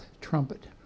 trumpet